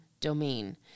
domain